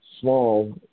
small